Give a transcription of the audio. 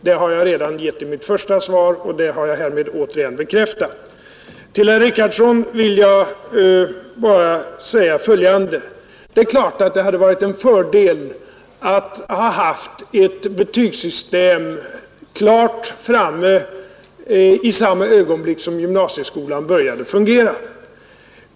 Detta har jag givit besked om i mitt första svar, som jag härmed återigen har bekräftat. Till herr Richardson vill jag bara säga följande. Det är klart att det hade varit en fördel, om man hade haft ett betygssystem klart att tillämpas i samma ögonblick som gymnasieskolan började fungera.